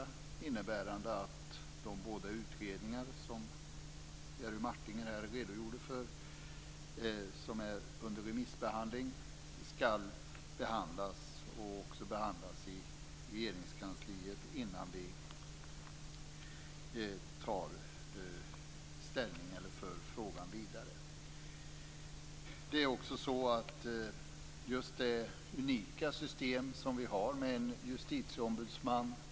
Det innebär att de båda utredningar som Jerry Martinger redogjorde för, som är under remissbehandling, ska behandlas i Regeringskansliet innan vi tar ställning eller för frågan vidare. Vi har ett unikt system med en justitieombudsman.